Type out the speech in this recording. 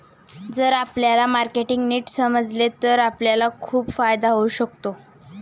जर आपल्याला मार्केटिंग नीट समजले तर आपल्याला खूप फायदा होऊ शकतो